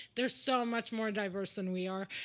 they're so much more diverse than we are.